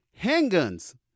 Handguns